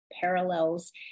parallels